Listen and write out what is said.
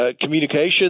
communication